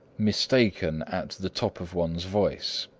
mistaken at the top of one's voice.